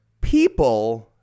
people